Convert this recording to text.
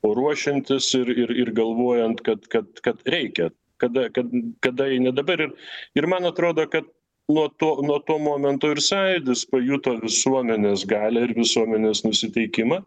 o ruošiantis ir ir galvojant kad kad kad reikia kada kad kada jei ne dabar ir man atrodo kad nuo to nuo to momento ir sąjūdis pajuto visuomenės galią ir visuomenės nusiteikimą